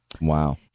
Wow